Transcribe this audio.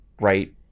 right